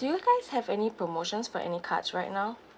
do you guys have any promotions for any cards right now